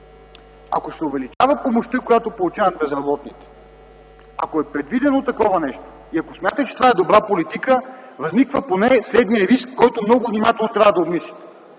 Ако се увеличава помощта, която получават безработните, ако е предвидено такова нещо и ако смятате, че това е добра политика, възниква поне следния риск, който много внимателно трябва да обмислим.